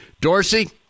Dorsey